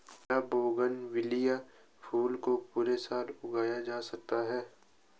क्या बोगनविलिया फूल को पूरे साल उगाया जा सकता है?